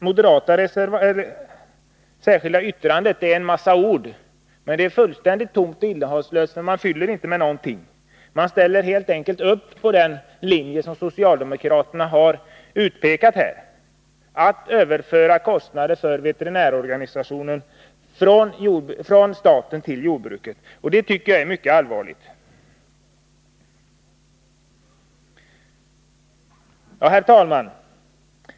Moderaternas särskilda yttrande består av en massa ord, men det är fullständigt tomt och innehållslöst, för man fyller det inte med någonting. Moderaterna ansluter sig helt enkelt till den linje som socialdemokraterna här har pekat ut, nämligen att överföra kostnader för veterinärorganisationen från staten till jordbruket. Det är mycket allvarligt. Herr talman!